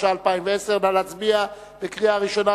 התש"ע 2010. נא להצביע בקריאה ראשונה.